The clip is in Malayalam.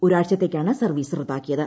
ഒരാഴ്ചത്തേയ്ക്കാണ് സർവ്വീസ് റദ്ദാക്കിയത്